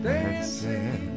dancing